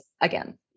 again